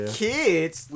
kids